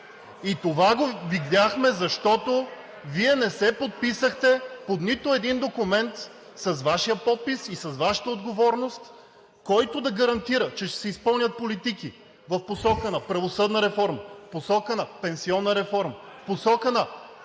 и това го видяхме, защото Вие не се подписахте под нито един документ с Вашия подпис и с Вашата отговорност, който да гарантира, че ще се изпълнят политики в посока на правосъдната реформа, в посока на пенсионната реформа, в посока на